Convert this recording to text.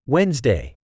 Wednesday